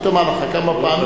היא תאמר לך כמה פעמים,